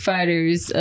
Fighters